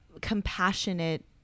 compassionate